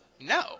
no